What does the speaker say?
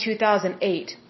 2008